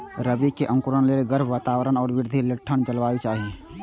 रबी के अंकुरण लेल गर्म वातावरण आ वृद्धि लेल ठंढ जलवायु चाही